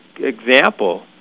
example